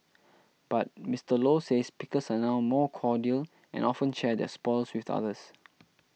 but Mister Low says pickers are now more cordial and often share their spoils with others